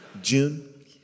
June